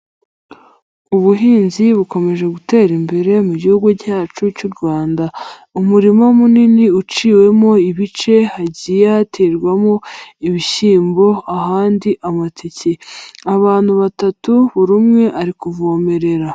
Ubuhinzi bukomeje gutera imbere mu gihugu cyacu cy'u Rwanda, umurima munini uciwemo ibice hagiye haterwamo ibishyimbo ahandi amatike, abantu batatu buri umwe ari kuvomerera.